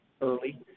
early